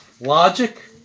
logic